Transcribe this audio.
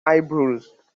eyebrows